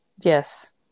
yes